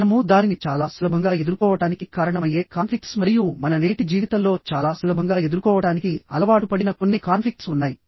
మనము దానిని చాలా సులభంగా ఎదుర్కోవటానికి కారణమయ్యే కాన్ఫ్లిక్ట్స్ మరియు మన నేటి జీవితంలో చాలా సులభంగా ఎదుర్కోవటానికి అలవాటుపడిన కొన్ని కాన్ఫ్లిక్ట్స్ ఉన్నాయి